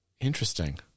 Interesting